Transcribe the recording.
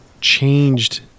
changed